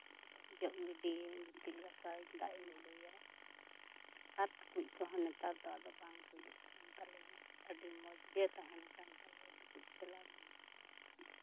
ᱡᱚᱜᱽ ᱜᱤᱰᱤᱭᱟᱹᱧ ᱜᱤᱛᱤᱞ ᱜᱟᱥᱟᱣ ᱟᱹᱧ ᱫᱟᱜ ᱤᱧ ᱟᱜᱩᱭᱟ ᱟᱨ ᱴᱩᱠᱩᱪ ᱠᱚᱦᱚᱸ ᱱᱮᱛᱟᱨ ᱫᱚ ᱟᱫᱚ ᱵᱟᱝ ᱠᱩᱭᱟᱹᱜ ᱠᱟᱱ ᱛᱟᱞᱮᱭᱟ ᱟᱹᱰᱤ ᱢᱚᱡᱽ ᱜᱮ ᱛᱟᱦᱮᱱ ᱠᱟᱱ ᱛᱟᱞᱮᱭᱟ ᱴᱩᱠᱩᱡᱽ ᱪᱮᱞᱟᱝ ᱦᱚᱸ